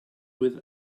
with